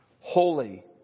Holy